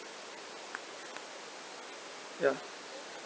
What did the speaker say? ya